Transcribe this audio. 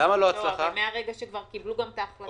מהרגע שקבלו את ההחלטה.